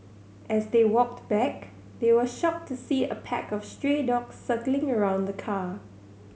as they walked back they were shocked to see a pack of stray dogs circling around the car